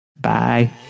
Bye